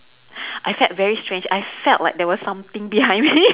I felt very strange I felt like there was something behind me